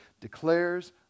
declares